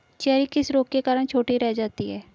Cherry किस रोग के कारण छोटी रह जाती है?